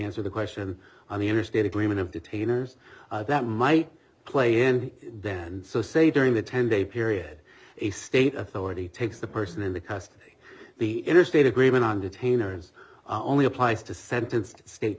answer the question on the interstate agreement of detainers that might play and then so say during the ten day period a state authority takes the person in the past the interstate agreement on detainers only applies to sentenced state